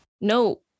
No